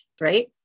right